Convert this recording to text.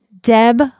Deb